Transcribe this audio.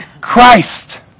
Christ